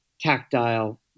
tactile